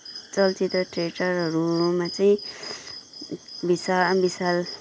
चलचित्र थिएटरहरूमा चाहिँ विशा विशाल